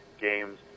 games